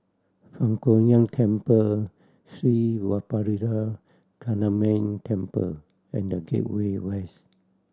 Fang Huo Yuan Temple Sri Vadapathira Kaliamman Temple and The Gateway West